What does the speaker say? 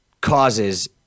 causes